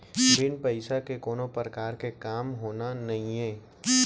बिन पइसा के कोनो परकार के काम होना नइये